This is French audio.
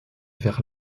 vers